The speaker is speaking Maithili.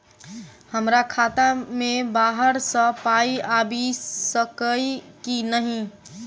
हमरा खाता मे बाहर सऽ पाई आबि सकइय की नहि?